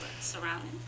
surrounding